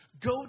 Go